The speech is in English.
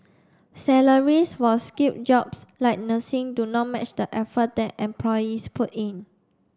salaries for skilled jobs like nursing do not match the effort that employees put in